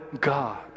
God